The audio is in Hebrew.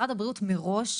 משרד הבריאות מראש,